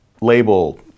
label